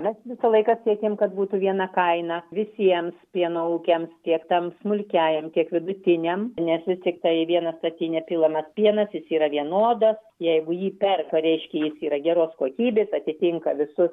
mes visą laiką siekėm kad būtų viena kaina visiems pieno ūkiams tiek tam smulkiajam tiek vidutiniam nes vis tiktai į vieną statinę pilamas pienas jis yra vienodas jeigu jį perka reiškia jis yra geros kokybės atitinka visus